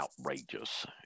outrageous